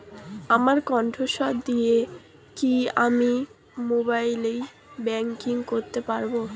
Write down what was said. আমার কন্ঠস্বর দিয়ে কি আমি মোবাইলে ব্যাংকিং করতে পারবো?